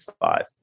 five